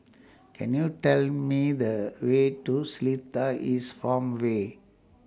Can YOU Tell Me The Way to Seletar East Farmway